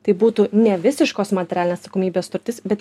tai būtų ne visiškos materialinės atsakomybės sutartis bet